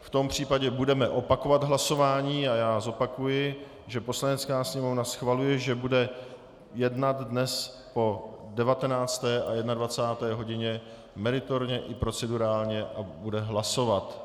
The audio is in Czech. V tom případě budeme opakovat hlasování a já zopakuji, že Poslanecká sněmovna schvaluje, že bude jednat dnes po 19. a 21. hodině meritorně i procedurálně a bude hlasovat.